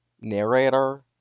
narrator